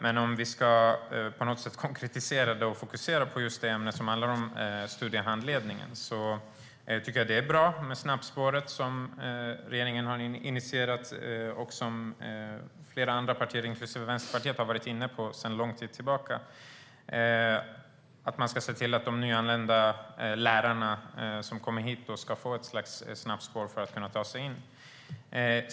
Men om vi på något sätt ska konkretisera oss och fokusera på det som handlar om studiehandledning: Jag tycker att det är bra med det snabbspår som regeringen har initierat och som flera andra partier, inklusive Vänsterpartiet, har varit inne på sedan lång tid tillbaka, att man ska se till att de nyanlända lärare som kommer hit ska få ett slags snabbspår för att kunna ta sig in.